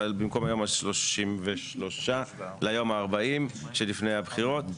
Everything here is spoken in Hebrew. ובמקום היום ה-33 ליום ה-40 שלפני הבחירות.